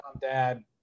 dad